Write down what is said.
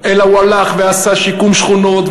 אלא הוא הלך ועשה שיקום שכונות,